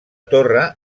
torre